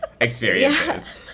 experiences